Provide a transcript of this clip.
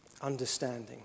understanding